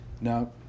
now